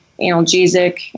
analgesic